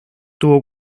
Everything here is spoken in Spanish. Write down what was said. tuvo